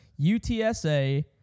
UTSA